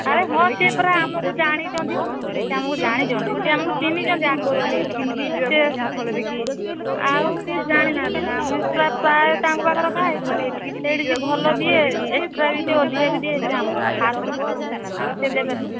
ଆରେ ହଁ ସିଏ ପରା ଆମକୁ ଜାଣିଛନ୍ତି ସିଏ ଆମକୁ ଜାଣିଛନ୍ତି ସିଏ ଆମକୁ ଚିହ୍ନିଛନ୍ତି ଆଗରୁ ସିଏ ଆଉ ସିଏ ଜାଣି ନାହାନ୍ତି ନା ଆମେ ତ ପ୍ରାୟେ ତାଙ୍କ ପାଖରେ ଖାଏ ସେଇଠି ସେ ଭଲ ଦିଏ ଏକ୍ସଟ୍ରା ବି ଦିଏ ଅଧିକା ବି ଦିଏ ସେ ଆମ ଖାସ୍ ଲୋକ ଆଉ ସେ ଦେବେନିନା